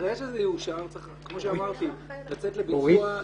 אחרי שזה יאושר, כמו שאמרתי, צריך לצאת לביצוע,